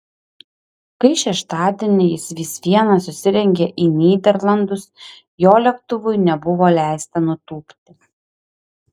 kai šeštadienį jis vis viena susirengė į nyderlandus jo lėktuvui nebuvo leista nutūpti